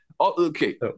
okay